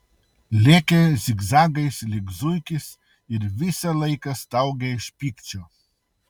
lėkė zigzagais lyg zuikis ir visą laiką staugė iš pykčio